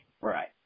Right